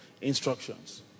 Instructions